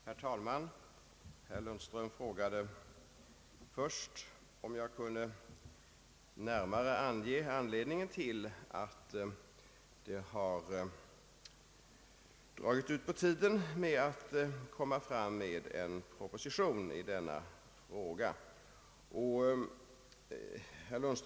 Herr talman! Herr Lundström frågade först om jag kunde närmare ange anledningen till att framläggandet av en proposition i denna fråga har dragit ut på tiden.